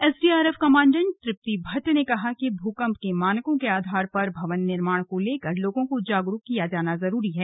SDRF commandant Tripti Bhatt ने कहा कि भूकंप के मानकों के आधार पर भवन निर्माण को लेकर लोगों को जागरूक किया जाना जरूरी है